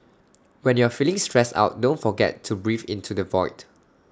when you are feeling stressed out don't forget to breathe into the void